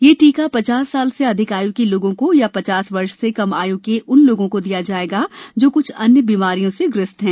यह टीका पचास वर्ष से अधिक आयु के लोगों को तथा पचास वर्ष से कम आय् के उन लोगों को भी दिया जाएगा जो क्छ अन्य बीमारियों से ग्रस्त हैं